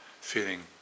feeling